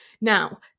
Now